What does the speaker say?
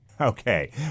Okay